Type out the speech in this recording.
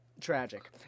tragic